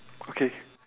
okay